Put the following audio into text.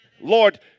Lord